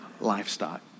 livestock